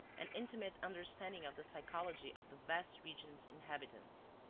an intimate understanding of the psychology of the vast region's inhabitants.